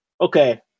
Okay